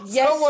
Yes